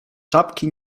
czapki